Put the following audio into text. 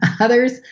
others –